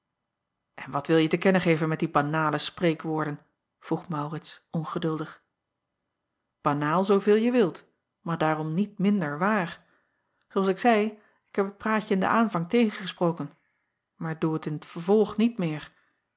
n wat wilje te kennen geven met die banale spreekwoorden vroeg aurits ongeduldig anaal zooveel je wilt maar daarom niet minder waar oo als ik zeî ik heb het praatje in den aanvang tegengesproken maar doe het in t vervolg niet meer